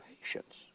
patience